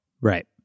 Right